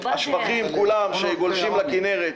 השפכים כולם שגולשים לכנרת,